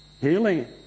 Healing